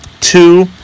two